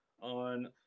on